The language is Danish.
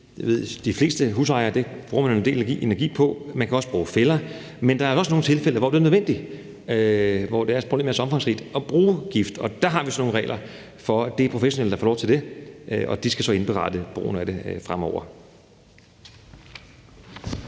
de fleste husejere, og det bruger de en del energi på. Man kan også bruge fælder. Men der er da også nogle tilfælde, hvor det er nødvendigt at bruge gift, og der har vi så nogle regler for, at det er professionelle, der får lov til det, og de skal så indberette brugen af det fremover.